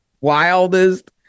wildest